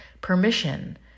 Permission